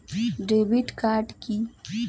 Debit card key?